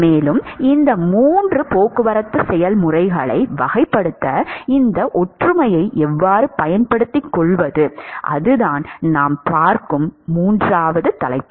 மேலும் இந்த மூன்று போக்குவரத்து செயல்முறைகளை வகைப்படுத்த இந்த ஒற்றுமையை எவ்வாறு பயன்படுத்திக் கொள்வதுஅதுதான் நாம் பார்க்கும் மூன்றாவது தலைப்பு